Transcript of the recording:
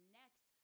next